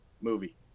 movie